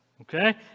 okay